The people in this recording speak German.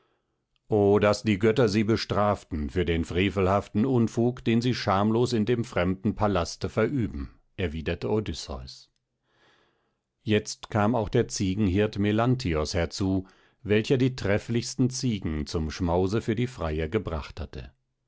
o daß die götter sie bestraften für den frevelhaften unfug den sie schamlos in dem fremden paläste verüben erwiderte odysseus jetzt kam auch der ziegenhirt melanthios herzu welcher die trefflichsten ziegen zum schmause für die freier gebracht hatte